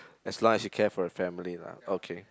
as long as you care for a family lah okay